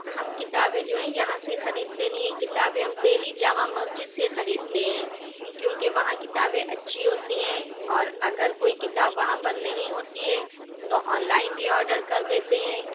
ہم کتابیں جو ہیں یہاں سے خریدتے نہیں ہیں کتابیں ہم دہلی جامع مسجد سے خریدتے ہیں کیونکہ وہاں کتابیں اچھی ہوتی ہیں اور اگر کوئی کتاب وہاں پر نہیں ہوتی ہے تو آن لائن بھی آرڈر کر دیتے ہیں